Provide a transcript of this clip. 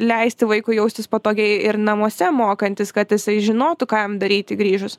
leisti vaikui jaustis patogiai ir namuose mokantis kad jisai žinotų ką daryti grįžus